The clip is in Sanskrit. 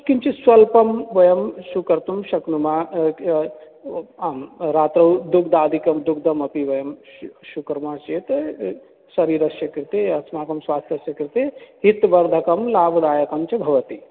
किञ्चिद् स्वल्पं वयं स्वीकर्तुं शक्नुमः आं रात्रौ दुग्धादिकं दुग्धमपि वयं श्वि स्वीकुर्मश्चेत् शरीरस्य कृते अस्माकं स्वास्थ्यस्य कृते हितवर्धकं लाभदायकं च भवति